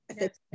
yes